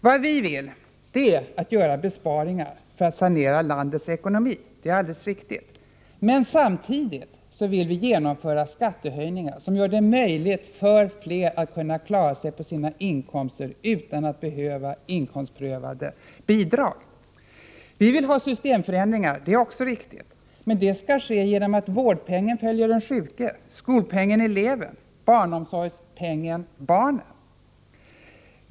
Vad vi vill är att göra besparingar för att sanera landets ekonomi. Det är alldeles riktigt. Men samtidigt vill vi genomföra skattehöjningar, som gör det möjligt för fler att kunna klara sig på sina inkomster utan att behöva inkomstprövade bidrag. Vi vill ha systemförändringar. Det är också riktigt. Men det skall ske genom att vårdpengen följer den sjuke, skolpengen eleven, barnomsorgspengen barnen.